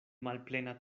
malplena